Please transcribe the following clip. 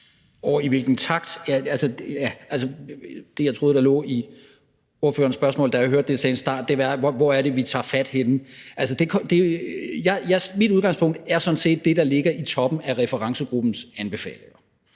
I hvilken takt? Altså, det, jeg troede lå i ordførerens spørgsmål, da jeg hørte det til en start, var, hvor det er, vi tager fat henne. Mit udgangspunkt er sådan set det, der ligger i toppen af referencegruppens anbefalinger.